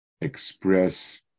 express